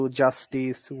justice